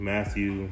Matthew